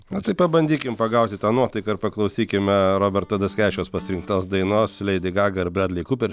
na tai pabandykim pagauti tą nuotaiką ir paklausykime roberto daskevičiaus pasirinktos dainos leidi gaga ir bredli kuper